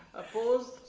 opposed?